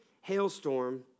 hailstorm